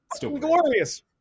glorious